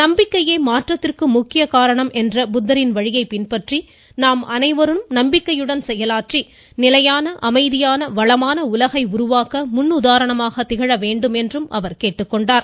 நம்பிக்கையே மாற்றத்திற்கு முக்கிய காரணம் என்ற புத்தரின் வழியை பின்பற்றி நாம் அனைவரும் நம்பிக்கையுடன் செயலாற்றி நீடித்த அமைதியான வளமான உலகை உருவாக்க முன்னுதாரணமாக திகழ வேண்டும் எனக் கேட்டுக்கொண்டார்